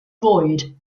void